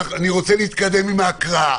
אני רוצה להתקדם עם ההקראה.